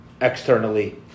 externally